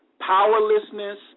powerlessness